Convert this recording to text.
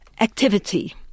activity